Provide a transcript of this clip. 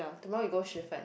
tomorrow you go Shifen